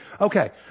okay